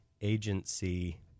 agency